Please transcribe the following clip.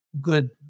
good